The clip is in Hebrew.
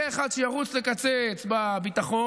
יהיה אחד שירוץ לקצץ בביטחון,